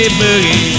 boogie